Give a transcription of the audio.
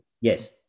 Yes